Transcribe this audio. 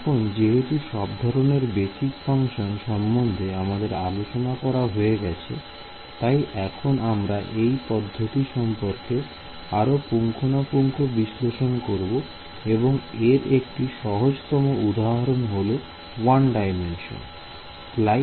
এখন যেহেতু সব ধরনের বেসিক ফাংশন সম্বন্ধে আমাদের আলোচনা করা হয়ে গেছে তাই এখন আমরা এই পদ্ধতি সম্পর্কে আরো পুঙ্খানুপুঙ্খ বিশ্লেষণ করবো এবং এর একটি সহজতম উদাহরণ হল 1D